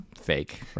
fake